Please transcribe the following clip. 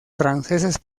franceses